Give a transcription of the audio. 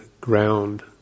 ground